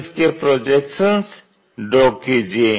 तो इसके projections draw कीजिए